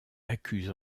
accuse